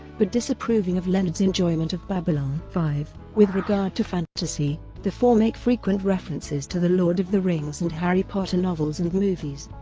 but disapproving of leonard's enjoyment of babylon five. with regard to fantasy, the four make frequent references to the lord of the rings and harry potter novels and movies.